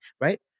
right